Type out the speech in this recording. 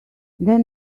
then